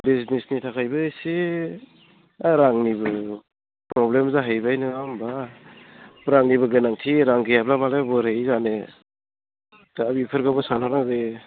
बिजनेसनि थाखायबो इसे रांनिबो प्र'ब्लेम जाहैबाय नोङा होमब्ला रांनिबो गोनांथि रां गैयाब्लामालाय बोरै जानो दा बिफोरखौबो साननो लागियो